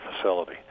facility